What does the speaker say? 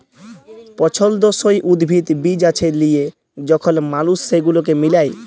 পছল্দসই উদ্ভিদ, বীজ বাছে লিয়ে যখল মালুস সেগুলাকে মিলায়